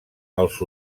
els